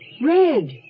red